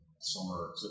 summer